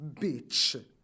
bitch